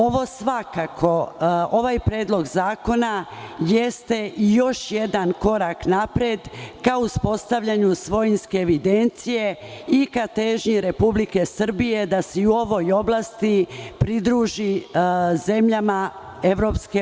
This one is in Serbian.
Ovaj predlog zakona jeste još jedan korak napred ka uspostavljanju svojinske evidencije i ka težnji Republike Srbije da se i u ovoj oblasti pridruži zemljama EU.